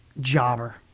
jobber